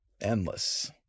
endless